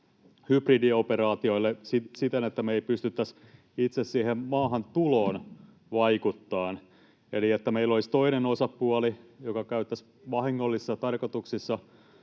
hybridioperaatioille siten, että me ei pystyttäisi siihen itse maahantuloon vaikuttamaan, eli että meillä olisi toinen osapuoli, joka käyttäisi vahingollisissa tarkoituksissa